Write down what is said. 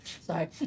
Sorry